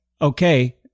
okay